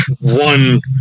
one